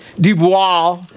Dubois